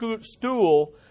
stool